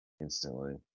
instantly